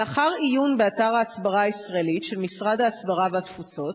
לאחר עיון באתר ההסברה הישראלית של משרד ההסברה והתפוצות,